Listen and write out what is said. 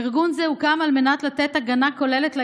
ארגון זה הוקם על מנת לתת הגנה כוללת ליישובים.